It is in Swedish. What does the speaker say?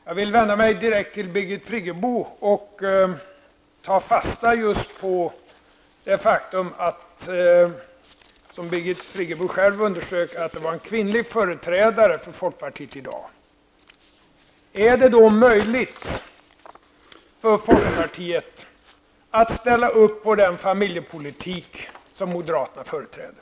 Herr talman! Jag vill vända mig direkt till Birgit Friggebo och ta fasta på just det faktum som Birgit Friggebo själv underströk, att det var en kvinnlig företrädare för folkpartiet i dagens debatt. Är det då möjligt för folkpartiet att ställa upp på den familjepolitik som moderaterna företräder?